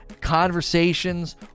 conversations